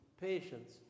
patience